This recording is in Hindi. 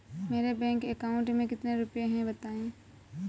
मेरे बैंक अकाउंट में कितने रुपए हैं बताएँ?